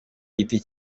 giti